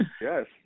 Yes